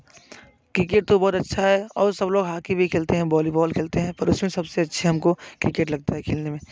cricket तो बहुत अच्छा है और सब लोग हाकी भी खेलते हैं वॉलीबॉल खेलते हैं पर उसमें सबसे अच्छे हमको क्रिकेट लगता है खेलने में